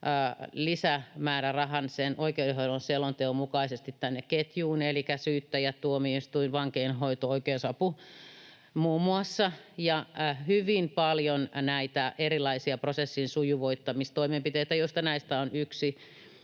lisämäärärahan oikeudenhoidon selonteon mukaisesti tänne ketjuun, elikkä syyttäjä, tuomioistuin, vankeinhoito, oikeusapu muun muassa, ja hyvin paljon näitä erilaisia prosessin sujuvoittamistoimenpiteitä, joista minulla